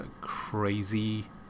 crazy